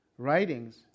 Writings